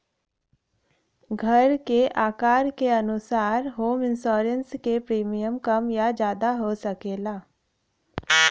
घर के आकार के अनुसार होम इंश्योरेंस क प्रीमियम कम या जादा हो सकला